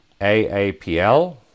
AAPL